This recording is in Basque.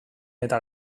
eta